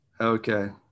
Okay